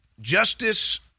Justice